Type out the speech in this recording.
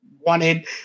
wanted